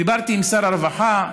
דיברתי עם שר הרווחה,